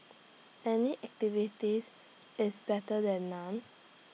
any activities is better than none